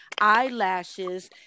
eyelashes